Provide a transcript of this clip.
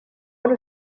wari